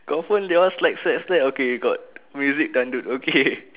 confirm they all slide slide slide okay got music dollop okay